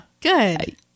Good